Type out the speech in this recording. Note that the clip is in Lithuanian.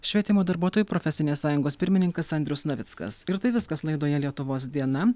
švietimo darbuotojų profesinės sąjungos pirmininkas andrius navickas ir tai viskas laidoje lietuvos diena